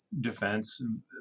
defense